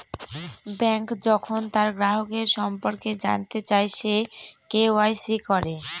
bank যখন তার গ্রাহকের সম্পর্কে জানতে চায়, সে কে.ওয়া.ইসি করে